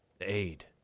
aid